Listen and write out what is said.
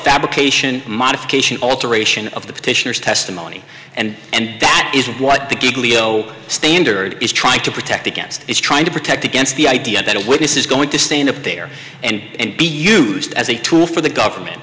fabrication modification alteration of the petitioners testimony and that is what the gag leo standard is trying to protect against is trying to protect against the idea that a witness is going to stand up there and be used as a tool for the government